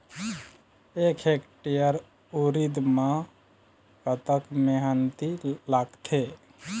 एक हेक्टेयर उरीद म कतक मेहनती लागथे?